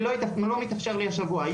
לא מתאפשר לי השבוע.